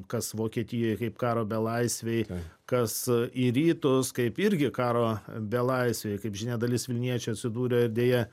kas vokietijoj kaip karo belaisviai kas į rytus kaip irgi karo belaisviai kaip žinia dalis vilniečių atsidūrė ir deja